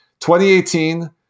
2018